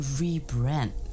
rebrand